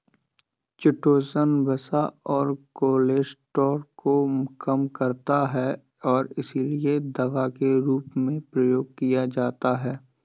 chitosan वसा और cholesterol को कम करता है और इसीलिए दवा के रूप में प्रयोग किया जाता है